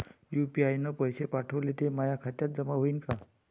UPI न पैसे पाठवले, ते माया खात्यात जमा होईन का?